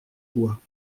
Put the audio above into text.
bois